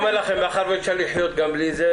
מאחר ואפשר לחיות גם בלי זה,